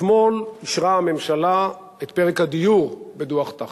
אתמול אישרה הממשלה את פרק הדיור בדוח-טרכטנברג.